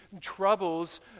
troubles